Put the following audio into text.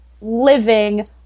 living